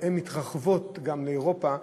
והן מתרחבות גם לאירופה,